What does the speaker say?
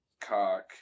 cock